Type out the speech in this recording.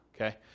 okay